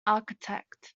architect